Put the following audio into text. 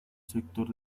sector